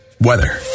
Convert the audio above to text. weather